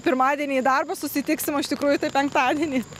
pirmadienį į darbą susitiksim o iš tikrųjų tai penktadienį